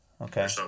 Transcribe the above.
Okay